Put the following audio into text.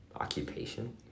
Occupation